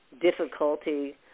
difficulty